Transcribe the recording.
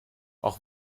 auch